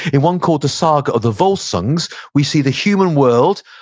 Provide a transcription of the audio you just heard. in one called the saga of the volsungs, we see the human world,